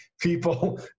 people